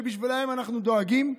שבשבילם אנחנו דואגים.